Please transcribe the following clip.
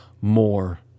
more